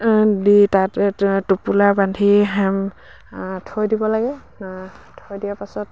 দি তাত টোপোলা বান্ধি থৈ দিব লাগে থৈ দিয়াৰ পাছত